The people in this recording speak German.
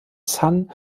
san